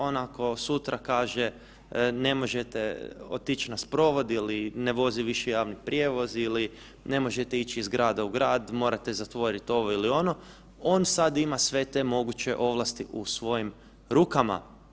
On, ako sutra kaže, ne možete otići na sprovod ili ne vozi više javni prijevoz ili ne možete ići iz grada u grad, morate zatvoriti ovo ili ono, on sad ima sve te moguće ovlasti u svojim rukama.